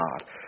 God